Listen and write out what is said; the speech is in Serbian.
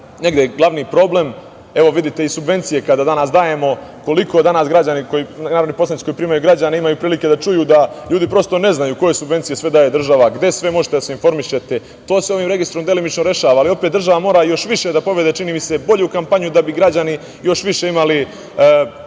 kao glavni problem. Vidite i subvencije kada danas dajemo, koliko danas narodni poslanici koji primaju građane imaju prilike da čuju da ljudi prosto ne znaju koje subvencije sve daje država, gde sve možete da se informišete. To se ovim registrom delimično rešava, ali opet država mora još više da povede, čini mi se, bolju kampanju da bi građani još više imali